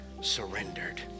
surrendered